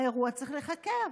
האירוע צריך להיחקר.